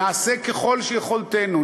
נעשה ככל שביכולתנו,